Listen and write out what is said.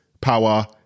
power